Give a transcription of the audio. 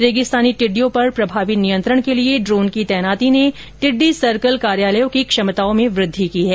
रेगिस्तानी टिड्डियों पर प्रभावी नियंत्रण के लिए ड्रोन की तैनाती ने टिड्डी सर्कल कार्यालयों की क्षमताओं में वृद्धि की है